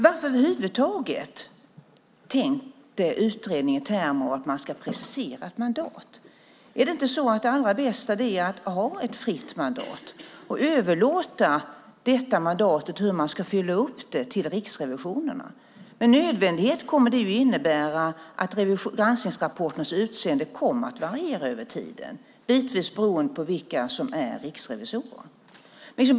Varför tänkte utredningen över huvud taget i termer av att man ska precisera ett mandat? Är det inte så att det allra bästa är att ha ett fritt mandat och överlåta detta mandat och hur man ska fylla upp det till Riksrevisionen? Med nödvändighet kommer det här att innebära att granskningsrapportens utseende kommer att variera över tiden, bitvis beroende på vilka som är riksrevisorer.